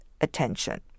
attention